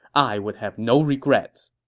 i would have no regrets.